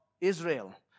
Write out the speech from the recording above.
Israel